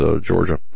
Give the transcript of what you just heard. Georgia